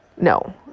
no